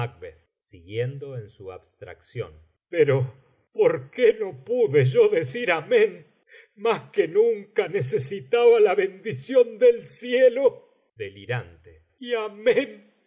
tan á pecho macb siguiendo en su abstracción pero por qué no pude yo decir amén más que nunca necesitaba la bendición del cielo delirante y amén